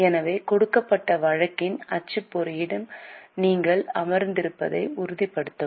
எனவே கொடுக்கப்பட்ட வழக்கின் அச்சுப்பொறியுடன் நீங்கள் அமர்ந்திருப்பதை உறுதிப்படுத்தவும்